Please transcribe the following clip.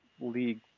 league